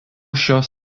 šios